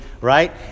right